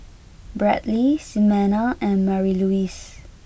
Bradly Ximena and Marylouise